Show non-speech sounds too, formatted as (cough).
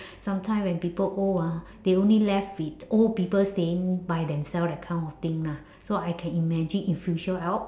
(breath) sometimes when people old ah they only left with old people staying by themselves that kind of thing lah so I can imagine in future I'll